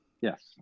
Yes